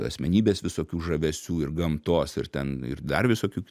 asmenybės visokių žavesių ir gamtos ir ten ir dar visokių